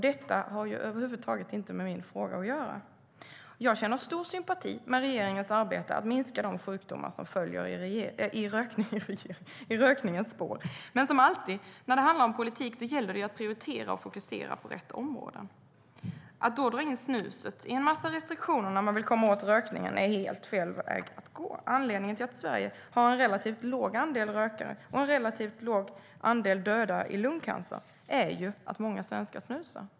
Detta har över huvud taget inte med min fråga att göra. Anledningen till att Sverige har en relativt låg andel rökare och en relativt låg andel döda i lungcancer är att många svenska snusar.